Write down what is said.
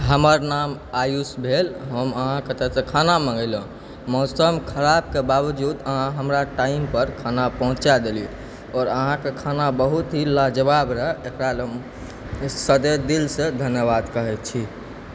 हमर नाम आयुष भेल हम अहाँके ओतयसँ खाना मँगेलहुँ मौसम खराबके बावजूद अहाँ हमरा टाइमपर खाना पहुँचा देलियै आओर अहाँके खाना बहुत ही लाजवाब रहय एकरा लेल हम सदैव दिलसँ धन्यबाद कहै छी